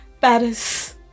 Paris